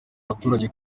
abaturage